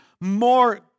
more